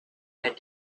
had